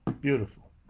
Beautiful